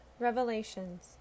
Revelations